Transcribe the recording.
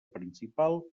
principal